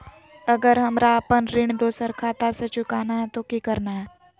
अगर हमरा अपन ऋण दोसर खाता से चुकाना है तो कि करना है?